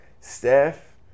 Steph